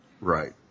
Right